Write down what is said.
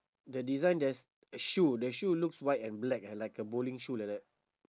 the design there's a shoe that shoe looks white and black uh like a bowling shoe like that